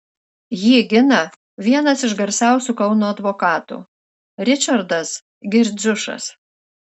jį gina vienas iš garsiausių kauno advokatų ričardas girdziušas